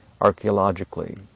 archaeologically